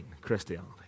Christianity